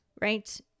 right